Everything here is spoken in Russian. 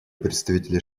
представителя